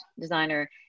designer